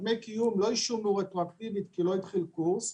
דמי הקיום לא אושרו רטרואקטיבית כי לא התחיל קורס.